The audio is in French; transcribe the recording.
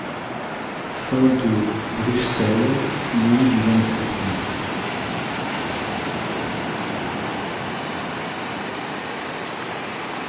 liberté bruxelles nuit du mai